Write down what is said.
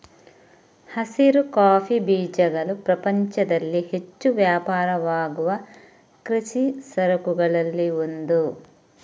ಹಸಿರು ಕಾಫಿ ಬೀಜಗಳು ಪ್ರಪಂಚದಲ್ಲಿ ಹೆಚ್ಚು ವ್ಯಾಪಾರವಾಗುವ ಕೃಷಿ ಸರಕುಗಳಲ್ಲಿ ಒಂದು